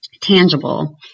tangible